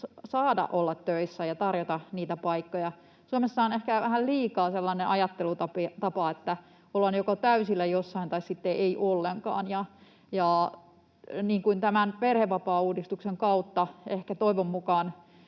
jokaiselle pitäisi tarjota niitä paikkoja. Suomessa on ehkä vähän liikaa sellainen ajattelutapa, että ollaan joko täysillä jossain tai sitten ei ollenkaan. Niin kuin tämän perhevapaauudistuksen kautta ehkä toivon mukaan